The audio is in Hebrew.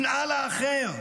שנאה לאחר,